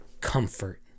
comfort